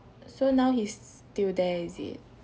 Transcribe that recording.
so now he's still there is it